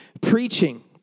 preaching